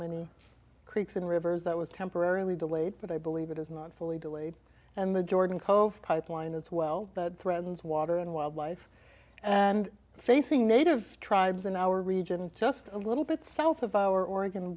many creeks and rivers that was temporarily delayed but i believe it is not fully delayed and the jordan cove pipeline as well that threatens water and wildlife and facing native tribes in our region and just a little bit south of our oregon